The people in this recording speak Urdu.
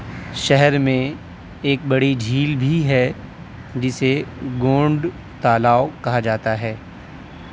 شہر میں ایک بڑی جھیل بھی ہے جسے گونڈ تالاو کہا جاتا ہے